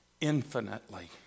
infinitely